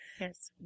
Yes